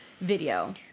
video